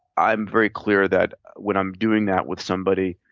i'm very clear that when i'm doing that with somebody,